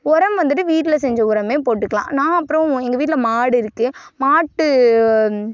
உரம் வந்துவிட்டு வீட்டில் செஞ்ச உரமே போட்டுக்கலாம் நான் அப்புறம் எங்கள் வீட்டில் மாடு இருக்குது மாட்டு